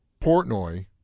Portnoy